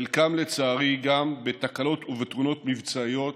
חלקם, לצערי, גם בתקלות ובתאונות מבצעיות,